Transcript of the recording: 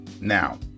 Now